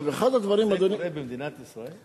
זה קורה במדינת ישראל?